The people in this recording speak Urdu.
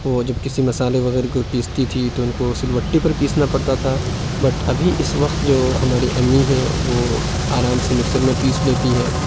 وہ جب کسی مسالے وغیرہ کو پیسیتی تھی تو اُن کو سل بٹی پر پیسنا پڑتا تھا بٹ ابھی اِس وقت جو ہماری امّی ہیں وہ آرام سے مکسر میں پیس لیتی ہیں